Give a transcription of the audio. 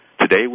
Today